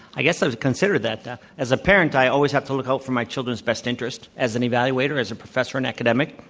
i guess i considered that, as a parent, i always have to look out for my children's best interest. as an evaluator, as a professor and academic,